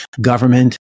government